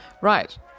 Right